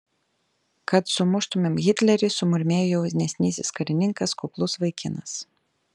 kad sumuštumėm hitlerį sumurmėjo jaunesnysis karininkas kuklus vaikinas